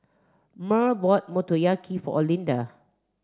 Murl bought Motoyaki for Olinda